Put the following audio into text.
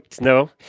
no